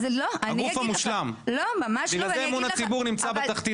הגוף מושלם, בגלל זה אמון הציבור נמצא בתחתית.